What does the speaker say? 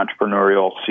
entrepreneurial